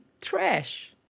trash